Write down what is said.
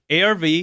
ARV